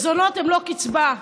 מזונות הם לא קצבה.